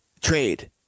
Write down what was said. Trade